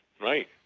right